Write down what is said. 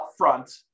upfront